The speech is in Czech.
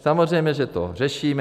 Samozřejmě, že to řešíme.